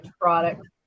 product